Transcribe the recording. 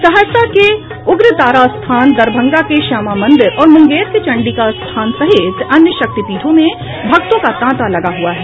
सहरसा के उग्रतारा स्थान दरभंगा के श्यामा मंदिर और मुंगेर के चंडिकास्थान सहित अन्य शक्तिपीठों में भक्तों का तांता लगा हुआ है